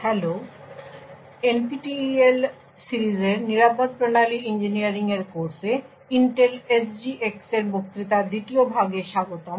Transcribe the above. hello এবং NPTEL সিরিজের secure system engineering এর কোর্সে ইন্টেল SGX এর বক্তৃতার দ্বিতীয় ভাগে স্বাগতম